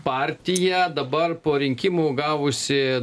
partija dabar po rinkimų gavusi